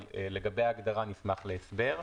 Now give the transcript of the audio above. לגבי ההגדרה נשמח להסבר.